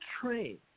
train